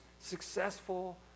successful